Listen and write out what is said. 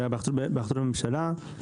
בהחלטות הממשלה.